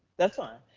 that's fine,